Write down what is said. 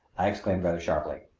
i exclaimed rather sharply.